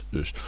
Dus